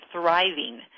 thriving